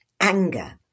anger